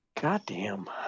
Goddamn